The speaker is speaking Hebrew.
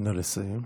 נא לסיים.